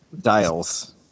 dials